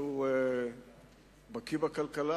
שהוא בקי בכלכלה,